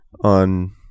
on